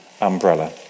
umbrella